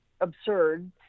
absurd